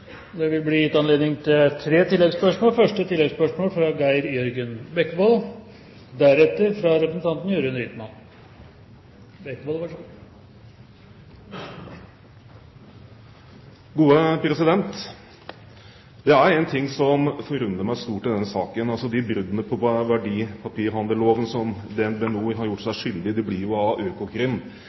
Det vil bli gitt anledning til tre oppfølgingsspørsmål – først Geir Jørgen Bekkevold. Det er én ting som forundrer meg stort i denne saken. De bruddene på verdipapirhandelloven som DnB NOR har gjort seg skyldig i, blir av Økokrim